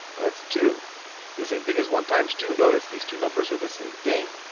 that's two. it's the same thing as one times two. notice, these two numbers are the same thing.